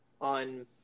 on